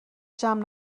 جمع